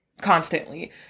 constantly